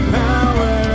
power